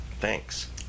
Thanks